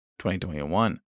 2021